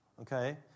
Okay